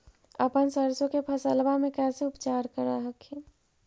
अपन सरसो के फसल्बा मे कैसे उपचार कर हखिन?